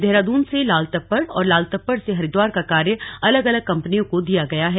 देहरादून से लालतप्पड़ और लालतप्पड़ से हरिद्वार का कार्य अलग अलग कंपनियों को दिया गया है